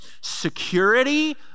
security